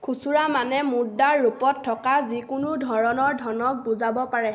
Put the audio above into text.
খুচুৰা মানে মুদ্ৰাৰ ৰূপত থকা যিকোনো ধৰণৰ ধনক বুজাব পাৰে